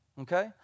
okay